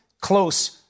close